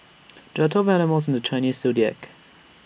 there are twelve animals in the Chinese Zodiac